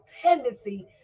tendency